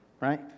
Right